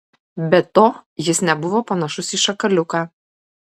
be to jis nebuvo panašus į šakaliuką